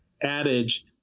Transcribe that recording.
adage